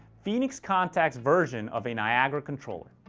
phoenix contact's version of a niagara controller.